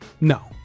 No